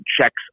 checks